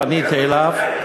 פניתי אליו,